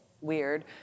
weird